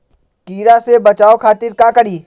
कीरा से बचाओ खातिर का करी?